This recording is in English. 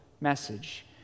message